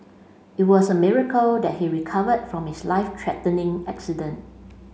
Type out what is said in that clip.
it was a miracle that he recovered from his life threatening accident